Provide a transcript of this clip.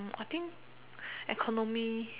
I think economy